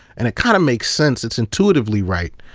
and it kind of makes sense it's intuitively right.